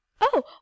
Oh